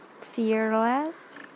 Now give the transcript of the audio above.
Fearless